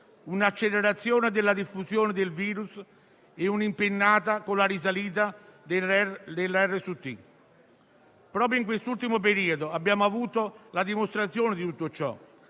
un'accelerazione della diffusione del virus e una sua impennata con la risalita dell'indice RT. Proprio in quest'ultimo periodo abbiamo avuto la dimostrazione di tutto ciò,